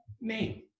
name